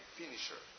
finisher